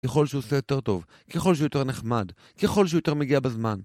ככל שעושה יותר טוב, ככל שיותר נחמד, ככל שיותר מגיע בזמן.